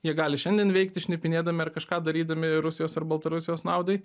jie gali šiandien veikti šnipinėdami ar kažką darydami rusijos ar baltarusijos naudai